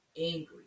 angry